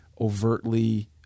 overtly